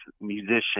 musician